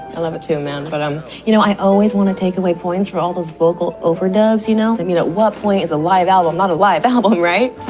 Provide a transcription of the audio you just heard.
i love it, too, man. but um you know, i always want to take away points for all those vocal overdubs, you know? i mean, at what point is a live album? not a live album, right.